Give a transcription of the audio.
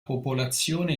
popolazione